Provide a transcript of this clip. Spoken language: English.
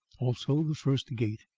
also the first gate.